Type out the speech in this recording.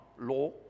law